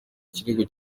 kirego